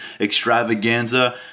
extravaganza